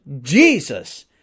Jesus